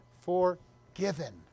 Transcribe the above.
forgiven